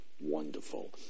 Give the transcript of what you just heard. wonderful